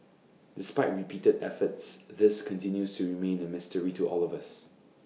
despite repeated efforts this continues to remain A mystery to all of us